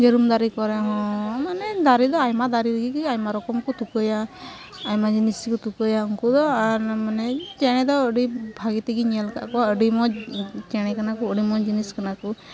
ᱡᱟᱹᱱᱩᱢ ᱫᱟᱨᱮ ᱠᱚᱨᱮᱦᱚᱸ ᱢᱟᱱᱮ ᱫᱟᱨᱮᱫᱚ ᱟᱭᱢᱟ ᱫᱟᱨᱮᱨᱮᱜᱮ ᱟᱭᱢᱟ ᱨᱚᱠᱚᱢᱠᱚ ᱛᱩᱠᱟᱹᱭᱟ ᱟᱭᱢᱟ ᱡᱤᱱᱤᱥᱠᱚ ᱛᱩᱠᱟᱹᱭᱟ ᱩᱝᱠᱚᱫᱚ ᱟᱨ ᱢᱟᱱᱮ ᱪᱮᱬᱮᱫᱚ ᱟᱹᱰᱤ ᱵᱷᱟᱜᱮᱛᱮᱜᱮᱧ ᱧᱮᱞᱟᱠᱟᱫ ᱠᱚᱣᱟ ᱟᱹᱰᱤᱢᱚᱡᱽ ᱪᱮᱬᱮ ᱠᱟᱱᱟᱠᱚ ᱟᱹᱰᱤᱢᱤᱡᱽ ᱡᱤᱱᱤᱥ ᱠᱟᱱᱟᱠᱚ